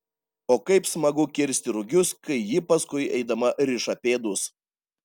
o kaip smagu kirsti rugius kai ji paskui eidama riša pėdus